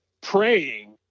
praying